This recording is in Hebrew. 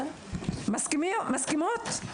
מסכימות?